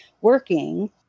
working